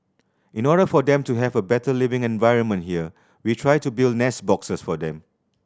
in order for them to have a better living environment here we try to build nest boxes for them